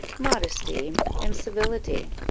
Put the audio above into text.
modesty, and civility.